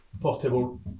portable